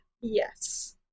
Yes